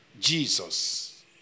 Jesus